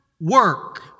work